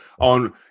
on